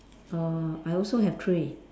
oh I also have three